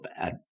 bad